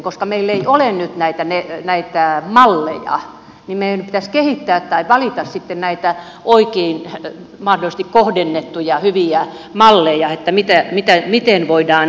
koska meillä ei ole nyt näitä malleja niin meidän pitäisi kehittää tai valita sitten näitä oikein mahdollisesti kohdennettuja hyviä malleja miten voidaan toimia